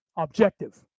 objective